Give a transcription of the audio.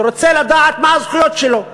רוצה לדעת מה הזכויות שלו,